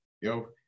yo